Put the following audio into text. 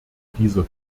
dieser